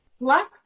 black